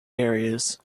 areas